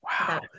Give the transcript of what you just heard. Wow